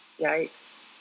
Yikes